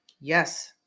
Yes